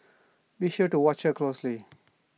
be sure to watch her closely